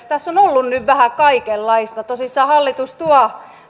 tässä on ollut nyt vähän kaikenlaista tosissaan hallitus tuo